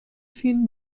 فیلم